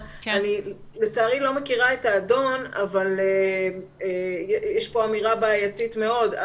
לצערי אני לא מכירה את האדון אבל יש כאן אמירה בעייתית מאוד.